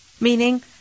Meaning